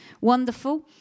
wonderful